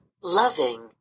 loving